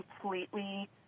completely